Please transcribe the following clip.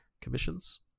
commissions